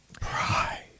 Pride